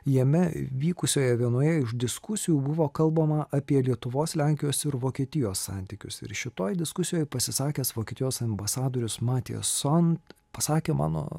jame vykusioje vienoje iš diskusijų buvo kalbama apie lietuvos lenkijos ir vokietijos santykius ir šitoj diskusijoj pasisakęs vokietijos ambasadorius matijas sont pasakė mano